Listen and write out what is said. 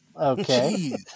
Okay